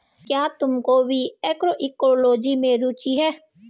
क्या तुमको भी एग्रोइकोलॉजी में रुचि है?